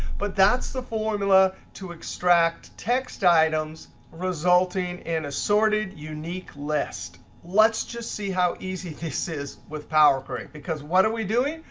but that's the formula to extract text items resulting in assorted unique lists. let's just see how easy this is with power query. because what are we doing?